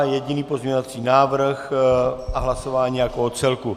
Je jediný pozměňovací návrh a hlasování jako o celku.